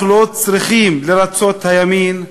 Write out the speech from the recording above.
אנחנו לא צריכים לרצות את הימין,